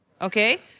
Okay